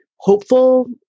Hopeful